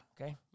Okay